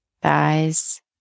Thighs